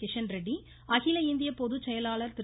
கிஷண் ரெட்டி அகில இந்திய பொதுச்செயலாளர் திரு